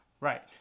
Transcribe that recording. Right